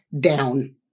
down